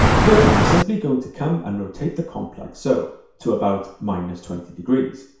here, i'm simply going to come and rotate the comp like so to about minus twenty degrees.